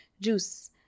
juice